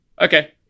okay